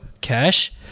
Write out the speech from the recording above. Cash